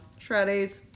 shreddies